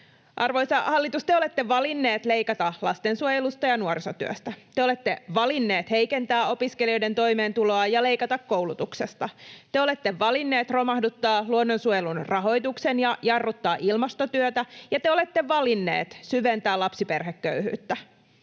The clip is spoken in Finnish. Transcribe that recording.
Arvoisa hallitus, te olette valinneet leikata lastensuojelusta ja nuorisotyöstä. Te olette valinneet heikentää opiskelijoiden toimeentuloa ja leikata koulutuksesta. Te olette valinneet romahduttaa luonnonsuojelun rahoituksen ja jarruttaa ilmastotyötä. Ja te olette valinneet syventää lapsiperheköyhyyttä.